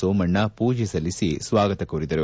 ಸೋಮಣ್ಣ ಪೂಜೆ ಸಲ್ಲಿಸಿ ಸ್ವಾಗತ ಕೋರಿದರು